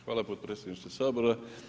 Hvala potpredsjedniče Sabora.